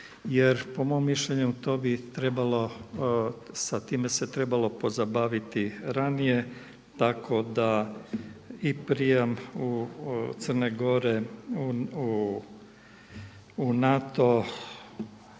jer po mom mišljenju to bi trebalo, sa time se trebalo pozabaviti ranije tako da i prijam Crne Gore u NATO,